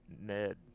Ned